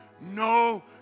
No